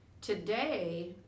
Today